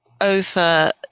over